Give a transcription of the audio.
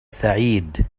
سعيد